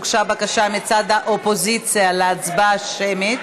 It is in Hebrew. הוגשה בקשה מצד האופוזיציה להצבעה שמית.